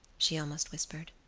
she almost whispered.